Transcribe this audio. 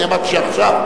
אמרתי שעכשיו.